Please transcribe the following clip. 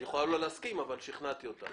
את יכולה לא להסכים, אבל שכנעתי אותך.